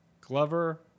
Glover